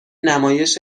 نمایش